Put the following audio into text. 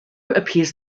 appears